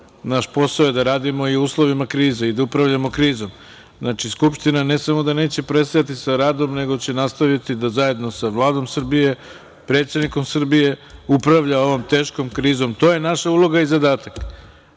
Naš posao je da radimo i u uslovima krize i da upravljamo krizom. Znači, Skupština ne samo da neće prestati sa radom nego će nastaviti da zajedno sa Vladom Srbije, predsednikom Srbije upravlja ovom teškom krizom. To je naša uloga i zadatak. Zato